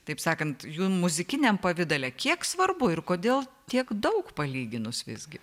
taip sakant jų muzikiniam pavidale kiek svarbu ir kodėl tiek daug palyginus visgi